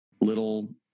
little